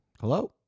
Hello